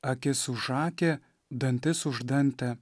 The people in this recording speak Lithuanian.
akis už akį dantis už dantį